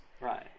Right